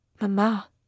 Mama